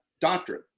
Doctrine